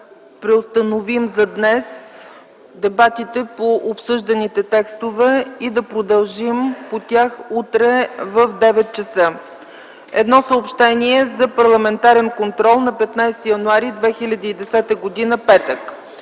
преустановим за днес дебатите по обсъжданите текстове и да продължим по тях утре в 9,00 ч. Съобщения за парламентарен контрол на 15 януари 2010 г., петък: